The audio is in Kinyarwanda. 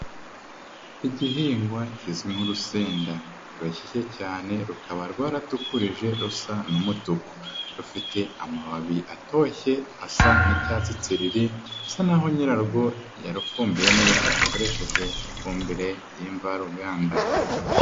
Igihingwa kizwi nk'urusenda rushishe cyane rukaba rwaratukuje rusa n'umutuku, rufite amababi atoshye asa n'icyatsi tsiriri rusa naho nyirarwo yarufumbiye neza akoresheje ifumbire y'imvaruganda.